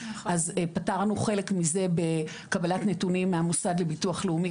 אז פתרנו חלק מזה בקבלת נתונים מהמוסד לביטוח לאומי,